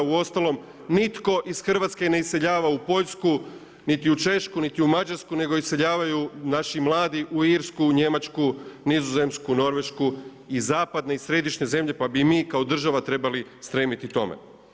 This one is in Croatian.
Uostalom, nitko iz Hrvatske ne iseljava u Poljsku niti u Češku niti u Mađarsku nego iseljavaju naši mladi u Irsku, Njemačku, Nizozemsku, Norvešku i zapadne i središnje zemlje pa bi i mi kao država trebali stremiti tome.